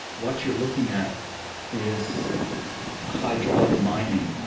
what you're looking at is hydraulic mining,